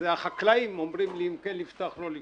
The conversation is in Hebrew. זה החקלאים אומרים לי אם כן לפתוח לא לפתוח.